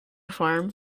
farm